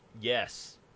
Yes